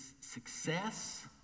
success